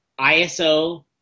ISO